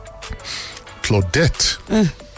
Claudette